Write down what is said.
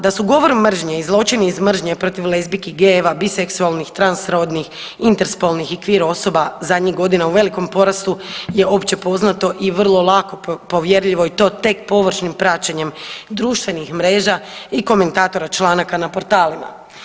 Da su govor mržnje i zločini iz mržnje protiv lezbijki, gejeva, biseksualnih, transrodnih, interspolnih i querr osoba zadnjih godina u velikom porastu je općepoznato i vrlo lako povjerljivo i to tek površnim praćenjem društvenih mreža i komentatora članaka na portalima.